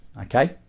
okay